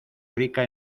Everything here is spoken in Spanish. rica